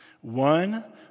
one